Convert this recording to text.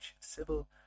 civil